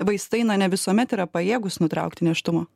vaistai na ne visuomet yra pajėgūs nutraukti nėštumą